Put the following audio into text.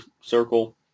circle